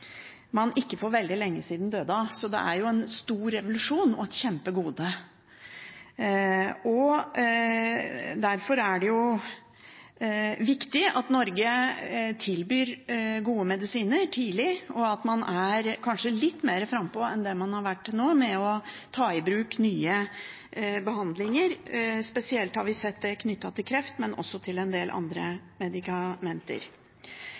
man ikke for veldig lenge siden døde av, så det er en stor revolusjon og et kjempegode. Derfor er det viktig at Norge tilbyr gode medisiner tidlig, og at man kanskje er litt mer frampå enn det man har vært til nå med å ta i bruk nye behandlinger. Spesielt har vi sett det knyttet til kreft, men også til en del